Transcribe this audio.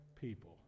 people